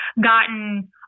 gotten